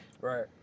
Right